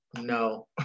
no